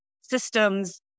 systems